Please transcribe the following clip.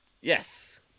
Yes